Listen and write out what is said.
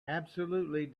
absolutely